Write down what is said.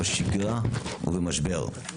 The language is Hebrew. בשגרה ובמשבר.